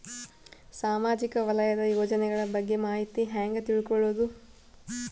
ಸಾಮಾಜಿಕ ವಲಯದ ಯೋಜನೆಗಳ ಬಗ್ಗೆ ಮಾಹಿತಿ ಹ್ಯಾಂಗ ತಿಳ್ಕೊಳ್ಳುದು?